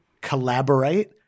collaborate